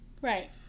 Right